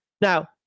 Now